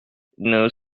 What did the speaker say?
nous